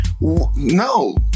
no